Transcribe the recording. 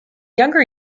younger